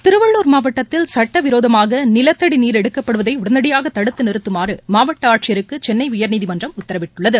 திருவள்ளள் மாவட்டத்தில் சட்டவிரோதமாகநிலத்தடநீர் எடுக்கப்படுவதைஉடனடியாகதடுத்துநிறுத்தமாறுமாவட்டஆட்சியருக்குசென்னைஉயா்நீதிமன்றம் உத்தரவிட்டுள்ளது